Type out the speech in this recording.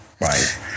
Right